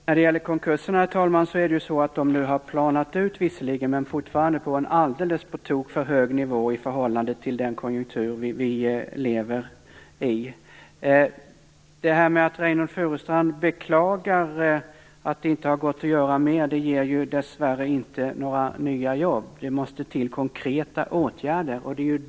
Herr talman! Visserligen har kurvan över antalet konkurser nu planat ut, men antalet ligger fortfarande på en på tok för hög nivå i förhållande till den konjunktur vi lever i. Det faktum att Reynoldh Furustrand beklagar att det inte har gått att göra mer ger dessvärre inte några nya jobb. Det måste till konkreta åtgärder.